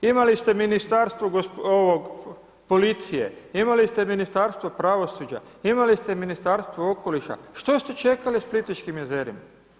Imali ste Ministarstvo, ovo, policije, imali ste Ministarstvo pravosuđa, imali ste Ministarstvo okoliša, što ste čekali s Plitvičkim jezerima?